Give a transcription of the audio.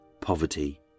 poverty